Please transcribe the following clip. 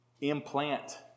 implant